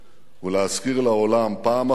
ולהזכיר לעולם פעם אחר פעם